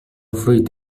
fruit